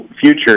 future